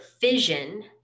fission